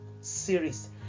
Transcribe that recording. series